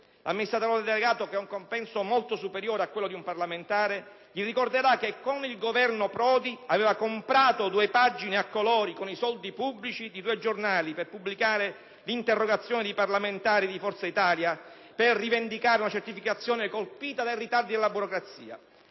L'amministratore delegato, che ha un compenso molto superiore a quello di un parlamentare, gli ricorderà che con il Governo Prodi aveva comprato due pagine a colori con i soldi pubblici di due giornali per pubblicare l'interrogazione di parlamentari di Forza Italia per rivendicare una certificazione colpita dai ritardi della burocrazia.